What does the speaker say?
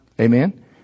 Amen